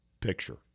picture